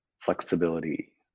flexibility